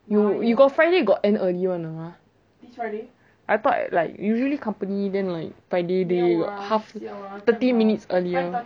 you you got friday got end early [one] or not !huh! I thought like usually company like friday then got thirty minutes earlier